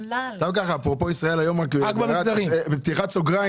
אפרופו ישראל היום בפתיחת סוגריים